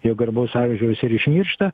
jau garbaus amžiaus ir išmiršta